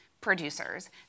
producers